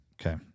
Okay